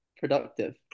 productive